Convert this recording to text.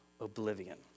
oblivion